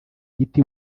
giti